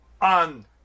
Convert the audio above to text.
On